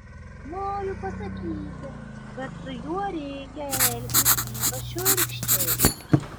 noriu pasakyti kad su juo reikia elgtis ypač šiurkščiai